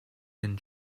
can